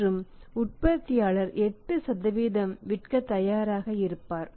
மற்றும் உற்பத்தியாளர் 8 விற்க தயாராக இருப்பார்